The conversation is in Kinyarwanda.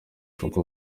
kuko